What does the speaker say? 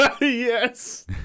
Yes